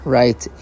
right